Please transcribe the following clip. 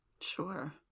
Sure